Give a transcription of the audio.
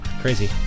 Crazy